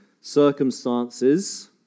circumstances